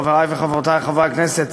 חברי וחברותי חברי הכנסת,